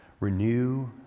Renew